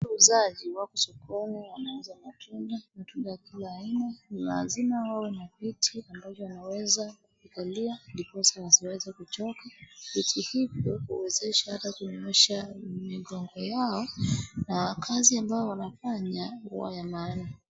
wauzaji wa sokoni wanauza matunda , matunda ya kila aina lazima wawe na viti wanazozikalia ndiposa wasiweze kuchoka viti hizi huwezesha hata kunyoosha migongo yao na kazi ambayo wanafanya huwa ya maana